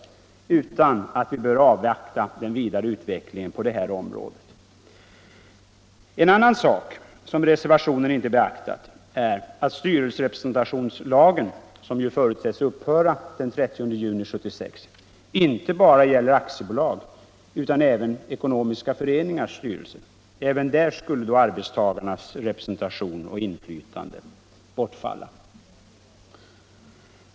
Vi bör avvakta den vidare utvecklingen på detta område. En annan sak som reservationen inte har beaktat är att styrelserepresentationslagen, som ju förutsätts upphöra den 30 juni 1976, inte gäller enbart aktiebolag utan även ekonomiska föreningars styrelser. Även där skulle då arbetstagarnas representation och inflytande bortfalla.